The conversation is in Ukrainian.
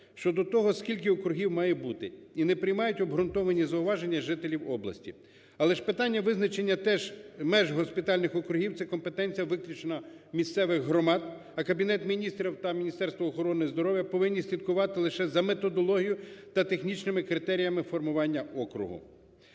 щодо того, скільки округів має бути? І не приймають обґрунтовані зауваження жителів області. Але ж питання визначення теж меж госпітальних округів це компетенція виключно місцевих громад, а Кабінет Міністрів та Міністерство охорони здоров'я повинні слідкувати лише за методологією та технічними критеріями формування округу.